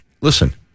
listen